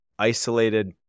isolated